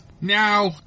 Now